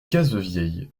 cazevieille